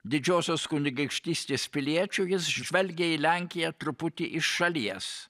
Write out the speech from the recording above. didžiosios kunigaikštystės piliečiu jis žvelgia į lenkiją truputį iš šalies